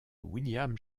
william